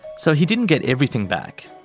so he didn't get everything back,